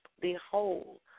Behold